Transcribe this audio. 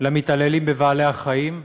למתעללים בבעלי-החיים,